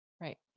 Right